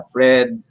Fred